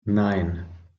nein